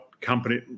company